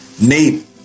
Nate